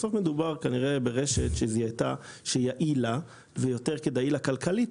בסוף מדובר כנראה ברשת שזיהתה שיעיל לה ויותר כדאי לה כלכלית,